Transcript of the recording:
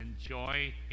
enjoy